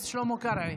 להתנגד,